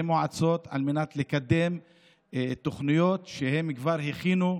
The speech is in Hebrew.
מועצות על מנת לקדם תוכניות שהן כבר הכינו,